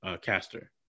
Caster